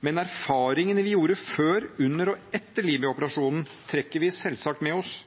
Men erfaringene vi gjorde oss før, under og etter Libya-operasjonen, trekker vi selvsagt med oss –